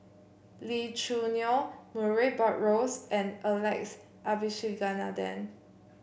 Lee Choo Neo Murray Buttrose and Alex Abisheganaden